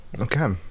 okay